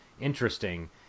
interesting